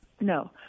No